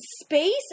space